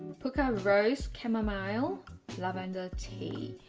pukka rose chamomile lavender tea.